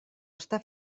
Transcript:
està